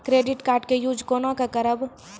Credit card के use कोना के करबऽ?